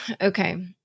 Okay